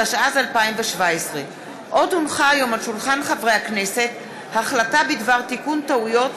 התשע"ז 2017. החלטה בדבר תיקון טעויות